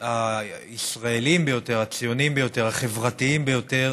הישראליים ביותר, הציוניים ביותר, החברתיים ביותר,